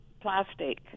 plastic